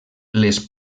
les